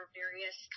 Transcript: various